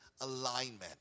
alignment